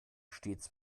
stets